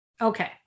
Okay